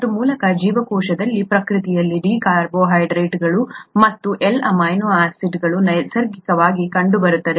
ಮತ್ತು ಮೂಲಕ ಜೀವಕೋಶದಲ್ಲಿ ಪ್ರಕೃತಿಯಲ್ಲಿ ಡಿ ಕಾರ್ಬೋಹೈಡ್ರೇಟ್ಗಳು ಮತ್ತು ಎಲ್ ಅಮೈನೋ ಆಸಿಡ್ಗಳು ನೈಸರ್ಗಿಕವಾಗಿ ಕಂಡುಬರುತ್ತವೆ